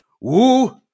Woo